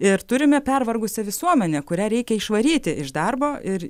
ir turime pervargusią visuomenę kurią reikia išvaryti iš darbo ir